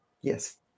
Yes